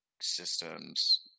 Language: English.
systems